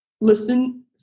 listen